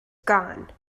gone